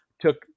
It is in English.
took